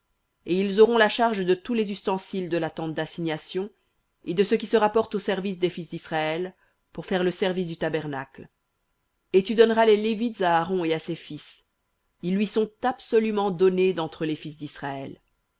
et ils auront la charge de tous les ustensiles de la tente d'assignation et de ce qui se rapporte au service des fils d'israël pour faire le service du tabernacle et tu donneras les lévites à aaron et à ses fils ils lui sont absolument donnés d'entre les fils d'israël